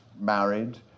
married